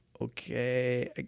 okay